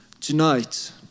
tonight